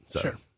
Sure